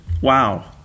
Wow